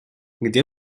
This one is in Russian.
где